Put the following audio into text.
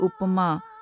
upama